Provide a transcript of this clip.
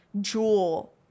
jewel